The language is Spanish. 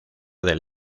del